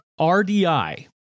RDI